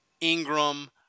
Ingram